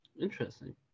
Interesting